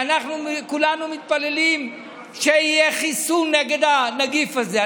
כולנו מתפללים שיהיה חיסון נגד הנגיף הזה.